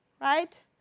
right